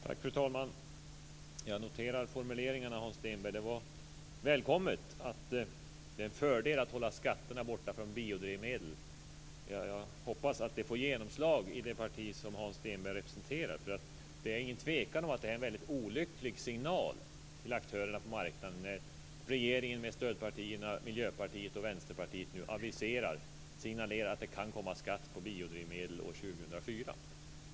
Fru talman! Jag noterar formuleringarna, Hans Stenberg. Det var välkommet att höra att det är en fördel att hålla skatterna borta från biodrivmedel. Jag hoppas att det får genomslag i det parti som Hans Stenberg representerar. Det är ingen tvekan om att det är en väldigt olycklig signal till aktörerna på marknaden när regeringen med stödpartierna Miljöpartiet och Vänsterpartiet nu aviserar och signalerar att det kan komma skatt på biodrivmedel år 2004.